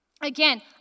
Again